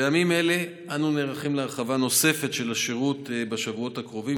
בימים אלה אנו נערכים להרחבה נוספת של השירות בשבועות הקרובים,